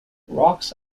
rocks